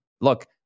look